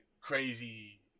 crazy